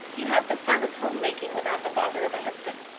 you had the fun of homemaking without the bother of a husband.